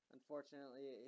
Unfortunately